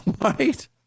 right